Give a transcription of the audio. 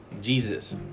Jesus